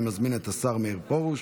אני מזמין את השר מאיר פרוש,